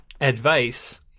advice